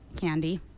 Candy